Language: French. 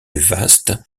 vaste